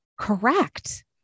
Correct